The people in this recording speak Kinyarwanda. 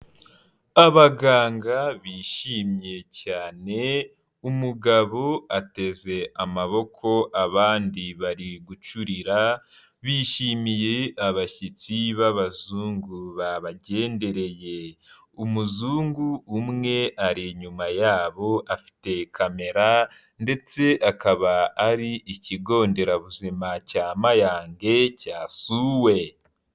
Abaganga bishimye cyane umugabo ateze amaboko abandi bari gucurira bishimiye abashyitsi b'abazungu babagendereye umuzungu umwe ari inyuma yabo afite kamera ndetse akaba ari ikigo nderabuzima cya mayange cya suwe.